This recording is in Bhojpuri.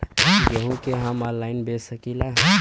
गेहूँ के हम ऑनलाइन बेंच सकी ला?